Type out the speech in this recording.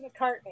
mccartney